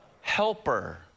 Helper